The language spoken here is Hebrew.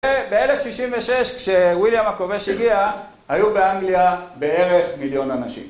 ב-1066 כשוויליאם הכובש הגיע, היו באנגליה בערך מיליון אנשים.